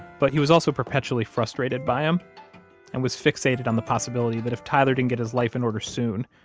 but he was also perpetually frustrated by him and was fixated on the possibility that if tyler didn't get his life in order soon,